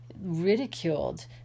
ridiculed